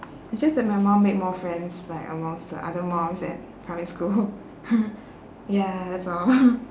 it's just that my mum made more friends like amongst the other mums at primary school ya that's all